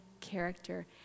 character